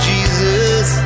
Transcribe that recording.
Jesus